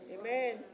amen